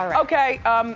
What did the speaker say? um okay,